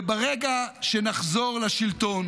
וברגע שנחזור לשלטון,